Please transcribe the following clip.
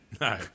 No